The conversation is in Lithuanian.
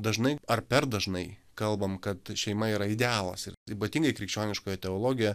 dažnai ar per dažnai kalbam kad šeima yra idealas ir ypatingai krikščioniškoje teologijoje